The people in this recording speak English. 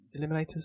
Eliminators